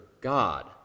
God